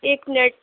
ایک منٹ